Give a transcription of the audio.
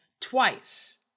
twice